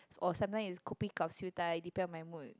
or sometimes its kopi gao siew dai depend on my mood